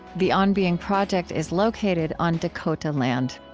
the on being project is located on dakota land.